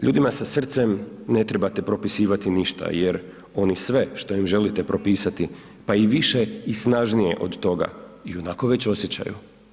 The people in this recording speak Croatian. Ljudima sa srcem ne trebate propisivati ništa, jer oni sve što im želite propisati, pa i više i snažnije od toga i onako već osjećaju.